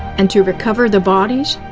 and to recover the bodies,